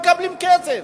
מקבלים כסף.